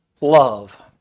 Love